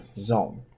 zone